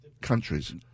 countries